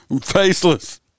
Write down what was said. faceless